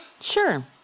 Sure